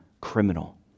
criminal